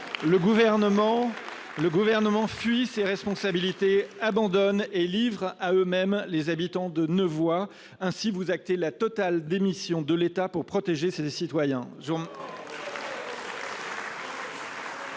Le Gouvernement fuit ses responsabilités, abandonne et livre à eux-mêmes les habitants de Nevoy. Ainsi, vous actez la totale démission de l'État pour protéger ses citoyens.